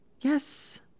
Yes